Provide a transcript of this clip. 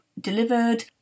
delivered